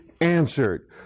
answered